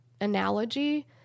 analogy